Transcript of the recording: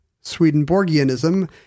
Swedenborgianism